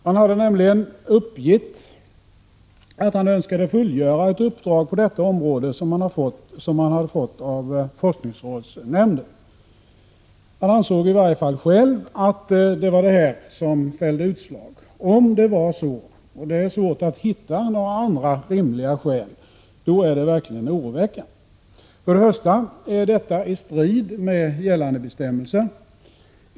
Han hade nämligen uppgivit att han önskade fullgöra ett uppdrag på detta område som han hade fått av forskningsrådsnämnden. Han ansåg i varje fall att det var detta som fällde utslaget. Om det är så — och det är svårt att hitta några andra rimliga skäl — är det verkligen oroväckande. Det är i strid med gällande bestämmelser.